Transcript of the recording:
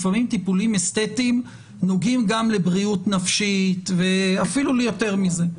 לפעמים טיפולים אסתטיים נוגעים גם לבריאות נפשית ואפילו ליותר מזה.